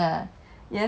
oh but like